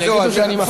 אבל אני מפלה.